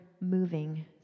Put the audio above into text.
moving